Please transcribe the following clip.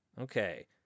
Okay